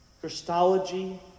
christology